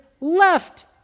left